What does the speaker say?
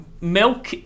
milk